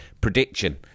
prediction